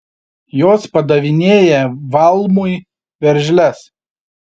jos padavinėja valmui veržles